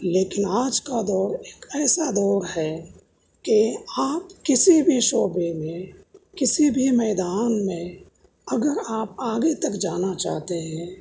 لیکن آج کا دور ایک ایسا دور ہے کہ آپ کسی بھی شعبہ میں کسی بھی میدان میں اگر آپ آگے تک جانا چاہتے ہیں